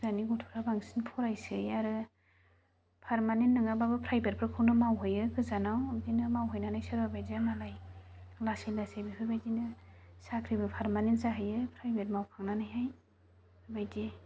दानि गथ'फ्रा बांसिन फरायोसै आरो पारमानेन्ट नङाबाबो फ्राइभेटफोरखौनो मावहैयो गोजानाव ओंखायनो मावहैनानै सोरबा बायदिया मालाय लासै लासै बेफोरबायदिनो साख्रिबो पारमानेन्ट जाहैयो प्राइभेट मावखांनानैहाय बेबायदि